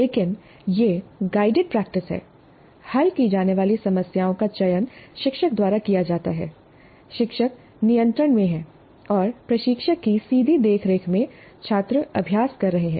लेकिन यह guided practice है हल की जाने वाली समस्याओं का चयन शिक्षक द्वारा किया जाता है शिक्षक नियंत्रण में है और प्रशिक्षक की सीधी देखरेख में छात्र अभ्यास कर रहे हैं